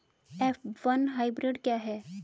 F one hybrid क्या है?